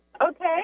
okay